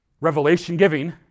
revelation-giving